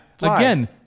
Again